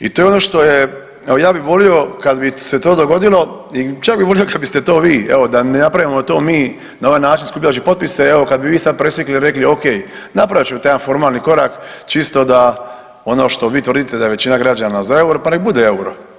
I to je ono što je, evo ja bi volio kad bi se to dogodilo i čak bi volio kad biste to vi, evo da ne napravimo to mi na ovaj način skupljajući potpise evo kad bi vi sad presjekli i rekli, ok, napravit ću taj jedan formalni korak čisto da ono što vi tvrdite da je većina građana za EUR-o, pa nek bude EUR-o.